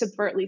subvertly